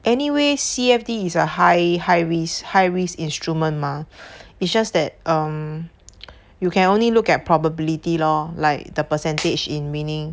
anyway C_F_D is a high high risk high risk instrument mah it's just that um you can only look at probability lor like the percentage in meaning